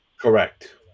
Correct